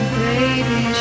baby